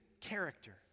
character